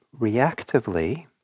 reactively